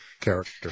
character